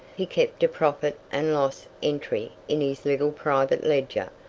he kept a profit and loss entry in his little private ledger,